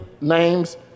names